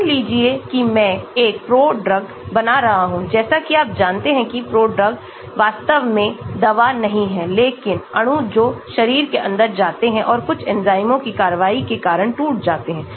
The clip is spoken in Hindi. मान लीजिए कि मैं एक प्रोड्रग बना रहा हूं जैसा कि आप जानते हैं कि प्रोड्रग्स वास्तव में दवा नहीं हैं लेकिन अणु जो शरीर के अंदर जाते हैं और कुछ एंजाइमों की कार्रवाई के कारण टूट जाते हैं